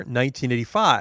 1985